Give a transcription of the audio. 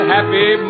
Happy